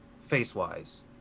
face-wise